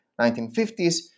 1950s